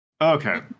Okay